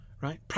Right